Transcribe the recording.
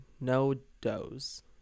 no-dose